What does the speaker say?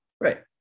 Right